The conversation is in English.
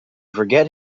forget